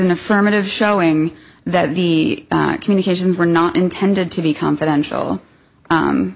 an affirmative showing that the communications were not intended to be confidential